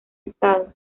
estado